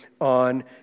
on